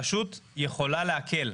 רשות יכולה להקל,